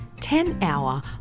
ten-hour